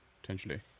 potentially